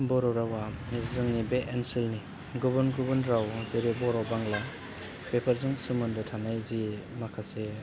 बर' रावआ जोंनि बे ओनसोलनि गुबुन गुबुन राव जेरै बर' बांग्ला बेफोरजों सोमोन्दो थानाय जि माखासे